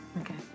Okay